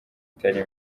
itari